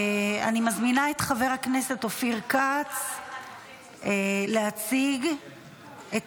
אני מזמינה את חבר הכנסת אופיר כץ להציג את